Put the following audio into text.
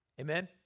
Amen